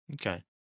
Okay